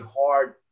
hard